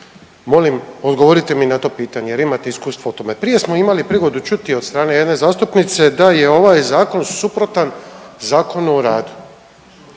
molim odgovorite mi na to pitanje, jer imate iskustva u tome. Prije smo imali prigodu čuti od strane jedne zastupnice da je ovaj zakon suprotan Zakonu o radu,